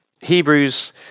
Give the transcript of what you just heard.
Hebrews